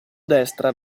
destra